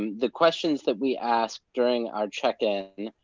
the questions that we asked during our check-in,